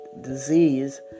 disease